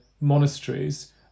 monasteries